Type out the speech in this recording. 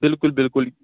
بِلکُل بِلکُل